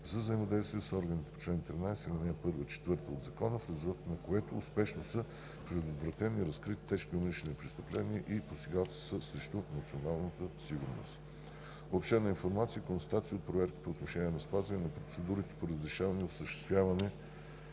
за взаимодействие с органите по чл. 13, ал. 1 – 4 от ЗСРС, в резултат на което успешно са предотвратени и разкрити тежки умишлени престъпления и посегателства срещу националната сигурност. 2. Обобщена информация и констатации от проверки по отношение спазване на процедурите по разрешаване и осъществяване